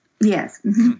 Yes